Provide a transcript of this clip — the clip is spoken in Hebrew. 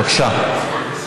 בבקשה.